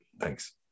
Thanks